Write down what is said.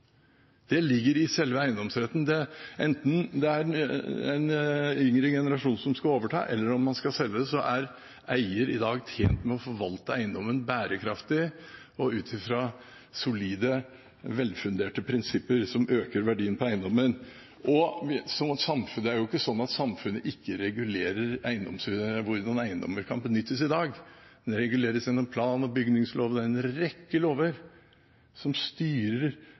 Det ligger i selve eiendomsretten. Enten det er en yngre generasjon som skal overta, eller om man skal selge, er eier i dag tjent med å forvalte eiendommen bærekraftig og ut fra solide, velfunderte prinsipper som øker verdien på eiendommen. Det er jo ikke sånn at samfunnet ikke regulerer hvordan eiendommer kan benyttes i dag, det reguleres gjennom plan- og bygningsloven – det er en rekke lover som styrer